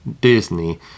Disney